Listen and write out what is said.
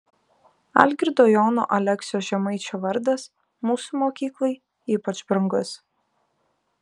algirdo jono aleksio žemaičio vardas mūsų mokyklai ypač brangus